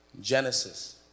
Genesis